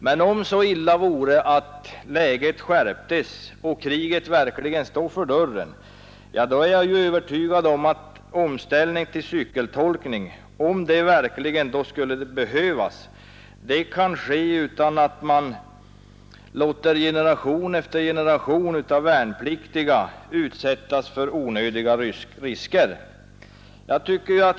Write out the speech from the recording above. Men om så illa vore att läget skärptes och kriget stod för dörren, då är jag säker på att omställning till cykeltolkning, om den verkligen skulle behövas, kan ske utan att man låter generation efter generation av värnpliktiga utsättas för onödiga risker.